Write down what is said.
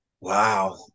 wow